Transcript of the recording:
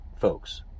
folks